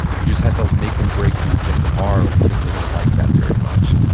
you just have to make them break you again tomorrow because they don't like that very much.